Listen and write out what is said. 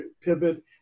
pivot